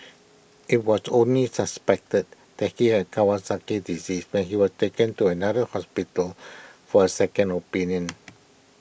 IT was only suspected that he had Kawasaki disease when he was taken to another hospital for A second opinion